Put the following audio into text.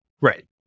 Right